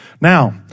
Now